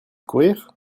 courir